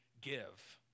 give